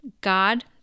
God